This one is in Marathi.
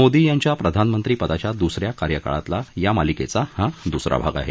मोदी यांच्या प्रधानमंत्रीपदाच्या दुसऱ्या कार्यकाळातला या मालिकेचा हा दुसरा भाग आहे